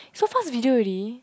so fast withdrew already